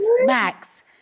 Max